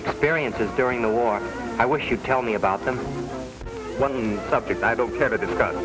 experiences during the war i wish you'd tell me about them but the subject i don't care to discuss